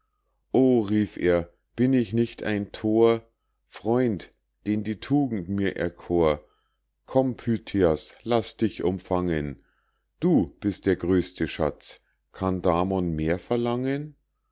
rief er bin ich nicht ein thor freund den die tugend mir erkor komm pythias laß dich umfangen du bist der größte schatz kann damon mehr verlangen